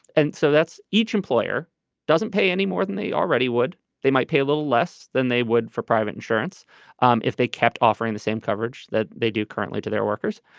and so that's each employer doesn't pay any more than they already would. they might pay a little less than they would for private insurance um if they kept offering the same coverage that they do currently to their workers.